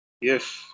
Yes